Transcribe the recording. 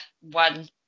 one